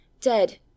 dead